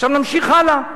עכשיו נמשיך הלאה.